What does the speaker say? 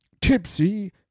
tipsy